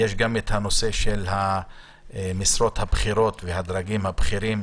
יש גם את נושא המשרות הבכירות והדרגים הבכירים,